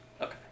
Okay